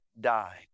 die